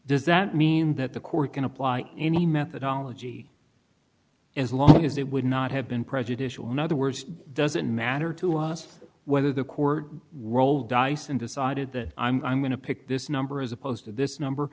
that mean that the court can apply any methodology as long as it would not have been prejudicial in other words does it matter to us whether the court roll dice and decided that i'm going to pick this number as opposed to this number